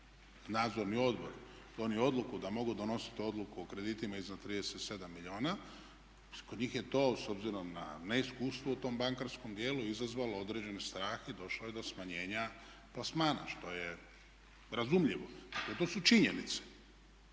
Nadzorni odbor donio odluku da mogu donositi odluku o kreditima iznad 37 milijuna kod njih je to s obzirom na neiskustvo u tom bankarskom dijelu izazvalo određeni strah i došlo je do smanjenja plasmana što je razumljivo jer to su činjenice.